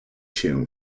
się